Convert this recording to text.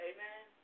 Amen